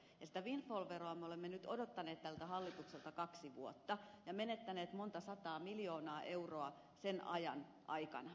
sitä windfall veroa me olemme nyt odottaneet tältä hallitukselta kaksi vuotta ja menettäneet monta sataa miljoonaa euroa sen ajan aikana